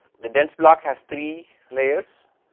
the dense block has three layers,